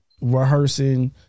rehearsing